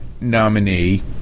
nominee